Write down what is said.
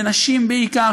ונשים בעיקר,